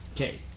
Okay